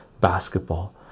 basketball